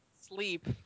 Sleep